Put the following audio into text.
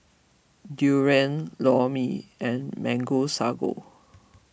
Durian Lor Mee and Mango Sago